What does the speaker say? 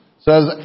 says